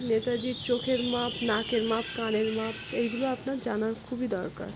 নেতাজির চোখের মাপ নাকের মাপ কানের মাপ এইগুলো আপনার জানার খুবই দরকার